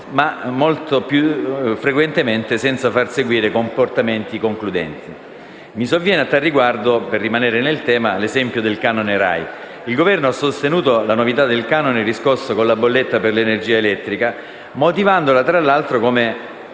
ma molto più frequentemente senza far seguire comportamenti concludenti. Mi sovviene a tal riguardo, per rimanere in tema, l'esempio del canone RAI. Il Governo ha sostenuto la novità del canone riscosso con la bolletta dell'energia elettrica, motivandola tra l'altro con